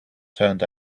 turned